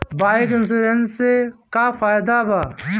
Bike insurance से का फायदा बा?